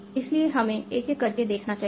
इसलिए हमें एक एक करके देखना चाहिए